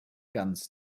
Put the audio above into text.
ganz